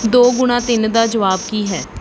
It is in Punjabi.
ਦੋ ਗੁਣਾ ਤਿੰਨ ਦਾ ਜਵਾਬ ਕੀ ਹੈ